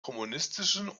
kommunistischen